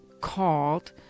called